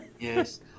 Yes